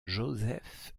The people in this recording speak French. joseph